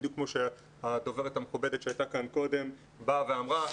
בדיוק כפי שהדוברת המכובדת שהייתה כאן קודם באה ואמרה,